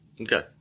Okay